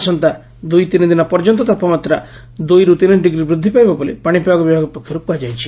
ଆସନ୍ତା ଦୁଇ ତିନି ଦିନ ପର୍ଯ୍ୟନ୍ତ ତାପମାତ୍ରା ଦୁଇରୁ ତିନି ଡିଗ୍ରୀ ବୃଦ୍ଧି ପାଇବ ବୋଲି ପାଶିପାଗ ବିଭାଗ ପକ୍ଷରୁ କୁହାଯାଇଛି